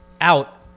out